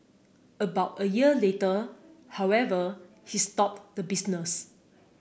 about a year later however he stopped the business